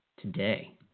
today